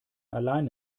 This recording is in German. allein